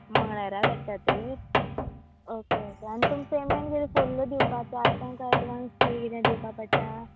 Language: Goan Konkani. मंगळारा धाडटात ओके ओके आनी तुमकां पेमेंट तुमकां फूल दिवपाक जाता कांय आतां तुमकां एडवान्स बीन दिवपा पडटा